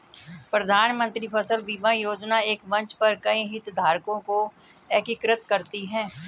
प्रधानमंत्री फसल बीमा योजना एक मंच पर कई हितधारकों को एकीकृत करती है